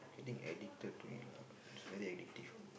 getting addicted to it lah it's very addictive